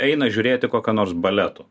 eina žiūrėti kokio nors baleto